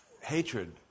hatred